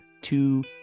two